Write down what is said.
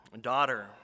Daughter